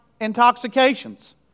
intoxications